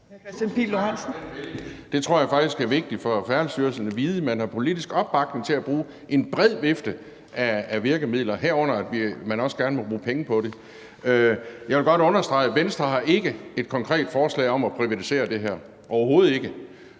Det tror jeg faktisk er vigtigt for Færdselsstyrelsen at vide: at man har politisk opbakning til at bruge en bred vifte af virkemidler, herunder at man også gerne må bruge penge på det. Jeg vil godt understrege, at Venstre ikke har et konkret forslag om at privatisere det her, overhovedet ikke,